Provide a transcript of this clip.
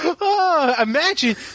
imagine